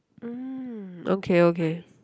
mm okay okay